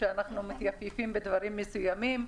שאנחנו מתייפייפים בדברים מסוימים.